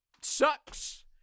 sucks